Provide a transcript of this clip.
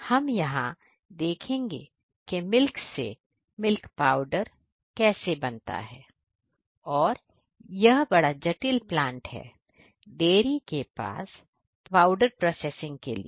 हम यहां देखेंगे के मिल्क से मिल्क पाउडर कैसे बनता है और यह बड़ा जटिल प्लांट है डेरी के पास है पाउडर प्रोसेसिंग के लिए